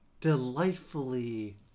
delightfully